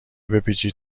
بپیچید